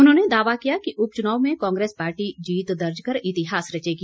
उन्होंने दावा किया कि उपचुनाव में कांग्रेस पार्टी जीत दर्ज कर इतिहास रचेगी